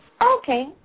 Okay